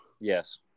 Yes